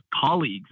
colleagues